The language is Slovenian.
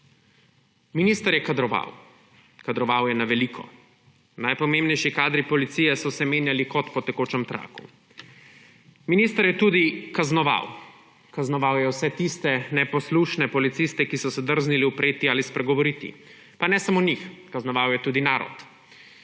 Minister je kadroval. Kadroval je na veliko. Najpomembnejši kadri policije so se menjali kot po tekočem traku. Minister je tudi kaznoval. Kaznoval je vse tiste neposlušne policiste, ki so se drznili upreti ali spregovoriti. Pa ne samo njih, kaznoval je tudi narod.